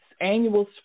annual